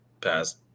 past